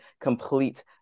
complete